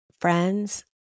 friends